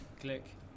click